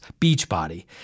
Beachbody